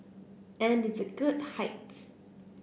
and it's a good height